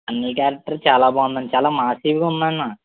అన్నయ్య క్యారెక్టర్ చాలా బాగుంది చాలా మాసీగా ఉంది అన్న